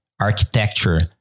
architecture